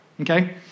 okay